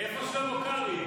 איפה שלמה קרעי?